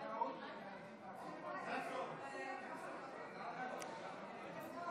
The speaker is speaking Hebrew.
למידה לילדים ממשפחות מעוטות יכולת,